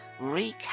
recap